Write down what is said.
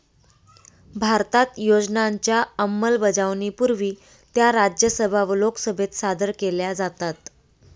भारतात योजनांच्या अंमलबजावणीपूर्वी त्या राज्यसभा व लोकसभेत सादर केल्या जातात